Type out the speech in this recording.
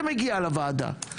זה מגיע לוועדה.